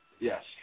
Yes